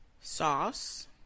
Sauce